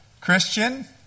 Christian